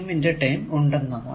ന്റെ ടെം ഉണ്ടെന്നതാണ്